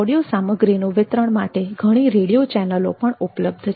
audio સામગ્રીનું વિતરણ માટેની ઘણી રેડીયો ચેનલો પણ ઉપલબ્ધ છે